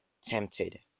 tempted